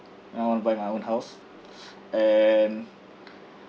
ya I want to buy my own house and